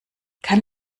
kann